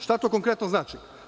Šta to konkretno znači?